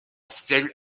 seul